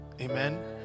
Amen